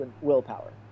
willpower